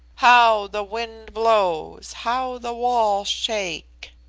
how the wind blows! how the walls shake